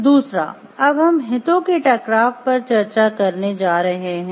दूसरा अब हम हितों के टकराव पर चर्चा करने जा रहे हैं